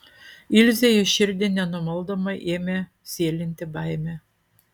ilzei į širdį nenumaldomai ėmė sėlinti baimė